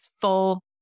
full